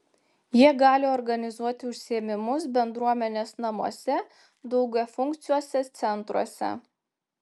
jie gali organizuoti užsiėmimus bendruomenės namuose daugiafunkciuose centruose